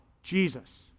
Jesus